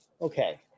okay